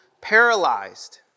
paralyzed